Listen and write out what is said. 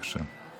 בבקשה.